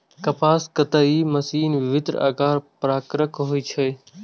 कपास कताइ मशीन विभिन्न आकार प्रकारक होइ छै